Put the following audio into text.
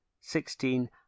Sixteen